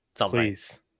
Please